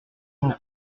son